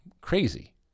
crazy